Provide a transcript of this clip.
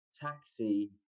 taxi